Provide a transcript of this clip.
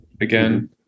again